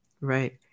Right